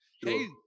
hey